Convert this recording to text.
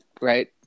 Right